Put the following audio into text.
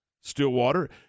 Stillwater